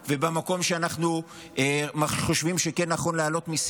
ובמקום שאנחנו חושבים שכן נכון להעלות מיסים,